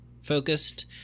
focused